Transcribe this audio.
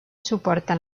suporta